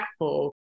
impactful